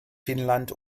finnland